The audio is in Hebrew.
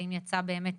האם יצא באמת